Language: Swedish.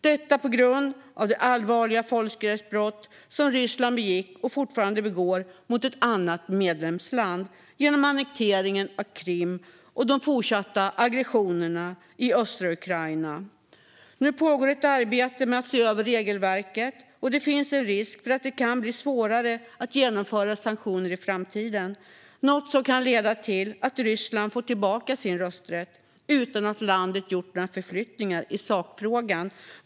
Detta på grund av det allvarliga folkrättsbrott som Ryssland begick och fortfarande begår mot ett annat medlemsland genom annekteringen av Krim och de fortsatta aggressionerna i östra Ukraina. Nu pågår ett arbete med att se över regelverket. Det finns en risk att det blir svårare att genomföra sanktioner i framtiden, vilket kan leda till att Ryssland får tillbaka sin rösträtt utan att landet gjort några förflyttningar i sakfrågan.